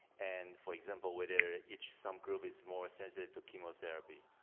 and for example where there each some group is more sensitive to chemotherapy.